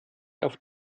auf